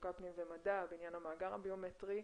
לחוקה פנים ומדע בעניין המאגר הביומטרי.